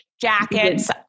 jackets